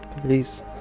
Please